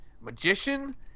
Magician